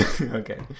Okay